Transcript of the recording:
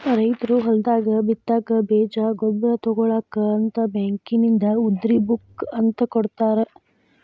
ರೈತರು ಹೊಲದಾಗ ಬಿತ್ತಾಕ ಬೇಜ ಗೊಬ್ಬರ ತುಗೋಳಾಕ ಅಂತ ಬ್ಯಾಂಕಿನಿಂದ ಉದ್ರಿ ಬುಕ್ ಅಂತ ಕೊಡತಾರ